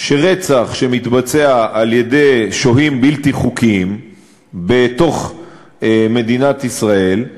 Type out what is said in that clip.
שרצח שמתבצע על-ידי שוהים בלתי חוקיים בתוך מדינת ישראל,